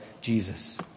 Jesus